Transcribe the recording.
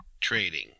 trading